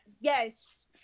Yes